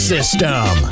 System